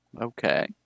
Okay